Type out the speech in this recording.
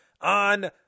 on